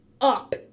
up